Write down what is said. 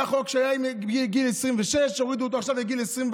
היה חוק שמגיל 26, הורידו אותו עכשיו לגיל 21,